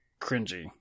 cringy